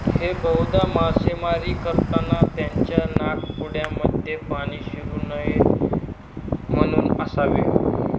हे बहुधा मासेमारी करताना त्याच्या नाकपुड्यांमध्ये पाणी शिरू नये म्हणून असावे